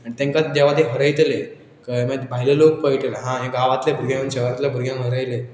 आनी तेंकां जेवा तें हरयतलें मागीर भायले लोक कळयटले हा हे गांवांतल्या भुरग्यां शहरांतल्या भुरग्यांक हरयले